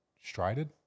Strided